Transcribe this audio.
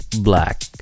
Black